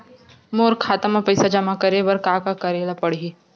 मोर खाता म पईसा जमा करे बर का का करे ल पड़हि?